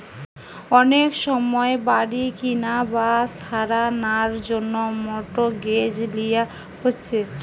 অনেক সময় বাড়ি কিনা বা সারানার জন্যে মর্টগেজ লিয়া হচ্ছে